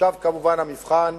עכשיו כמובן המבחן.